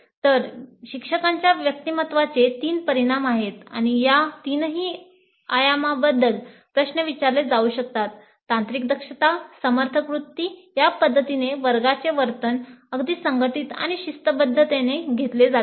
तर शिक्षकांच्या व्यक्तिमत्त्वाचे तीन परिमाण आहेत आणि या तीनही आयामांबद्दल प्रश्न विचारले जाऊ शकतात तांत्रिक दक्षता समर्थक वृत्ती या पद्धतीने वर्गाचे वर्तन अगदी संघटित आणि शिस्तबद्धतेने घेतले जाते